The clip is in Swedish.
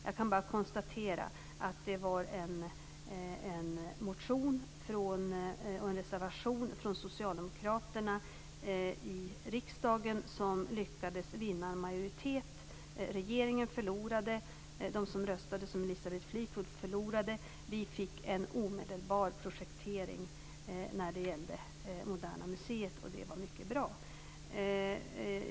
Jag kan bara konstatera att en motion och en reservation från socialdemokraterna i riksdagen lyckades vinna majoritet. Regeringen förlorade. De som röstade som Elisabeth Fleetwood förlorade. Vi fick en omedelbar projektering när det gällde Moderna museet, och det var mycket bra.